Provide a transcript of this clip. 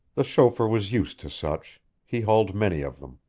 the chauffeur was used to such he hauled many of them.